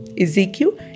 Ezekiel